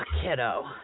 kiddo